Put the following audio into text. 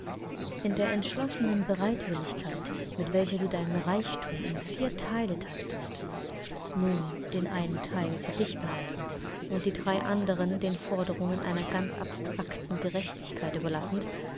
in der entschlossenen bereitwilligkeit mit welcher du deinen reichtum in vier teile teiltest nur den einen teil für dich behaltend und die drei anderen den forderungen einer ganz abstrakten gerechtigkeit überlassend